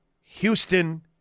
Houston